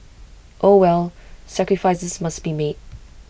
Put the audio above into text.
oh well sacrifices must be made